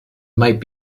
might